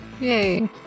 yay